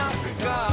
Africa